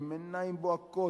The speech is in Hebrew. עם עיניים בוהקות,